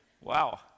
Wow